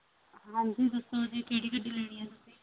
ਹਾਂਜੀ ਦੱਸੋ ਜੀ ਕਿਹੜੀ ਗੱਡੀ ਲੈਣੀ ਹੈ ਤੁਸੀਂ